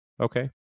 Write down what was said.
okay